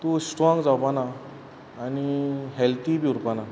तूं स्ट्रॉंग जावपा ना आनी हॅल्थी बी उरपा ना